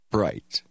Bright